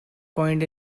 point